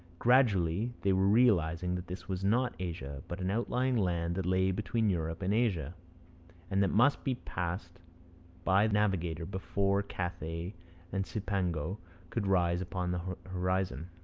gradually they were realizing that this was not asia, but an outlying land that lay between europe and asia and that must be passed by the navigator before cathay and cipango could rise upon the horizon.